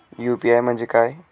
UPI म्हणजे काय?